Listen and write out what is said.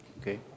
Okay